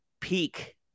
peak